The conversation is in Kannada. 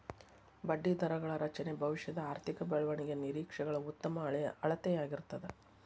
ಬಡ್ಡಿದರಗಳ ರಚನೆ ಭವಿಷ್ಯದ ಆರ್ಥಿಕ ಬೆಳವಣಿಗೆಯ ನಿರೇಕ್ಷೆಗಳ ಉತ್ತಮ ಅಳತೆಯಾಗಿರ್ತದ